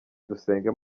dusenge